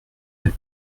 elle